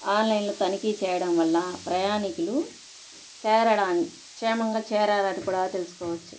ఆన్లైన్లో తనిఖీ చేయడం వల్ల ప్రయాణికులు చేరడాని క్షేమంగా చేరారని కూడా తెలుసుకోవచ్చు